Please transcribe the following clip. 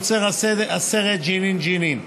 יוצר הסרט ג'נין ג'נין.